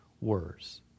worse